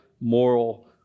moral